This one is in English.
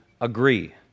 agree